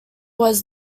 was